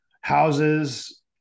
Houses